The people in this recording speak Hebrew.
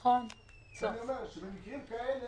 לכן מקרים כאלה